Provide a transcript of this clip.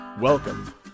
Welcome